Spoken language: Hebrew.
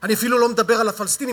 אני אפילו לא מדבר על הפלסטינים,